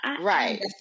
Right